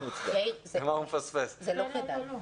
זה לא כדאי.